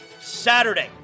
Saturday